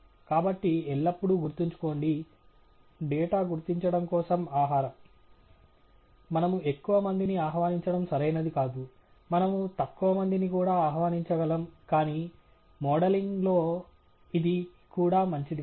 కాబట్టి ఎల్లప్పుడూ గుర్తుంచుకోండి డేటా గుర్తించడం కోసం ఆహారం మనము ఎక్కువ మందిని ఆహ్వానించడం సరైనది కాదు మనము తక్కువ మందిని కూడా ఆహ్వానించాగలం కానీ మోడలింగ్లో ఇది కూడా మంచిది కాదు